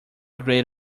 great